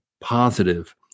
positive